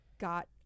got